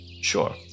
Sure